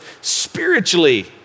spiritually